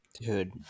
dude